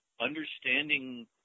understanding